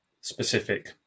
specific